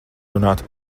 runāt